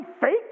fake